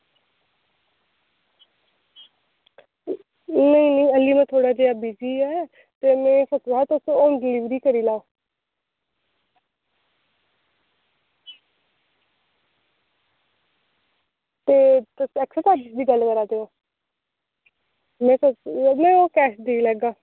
नेईं नेईं ऐल्ली में थोह्ड़ा जेहा बिज़ी ऐ ते में सोचेआ हा तुस होम डिलीवरी करी लैओ ते तुस अक्षय भ्राऽ जी गल्ल करा दे ओ में कैश देई लैगा